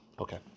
Okay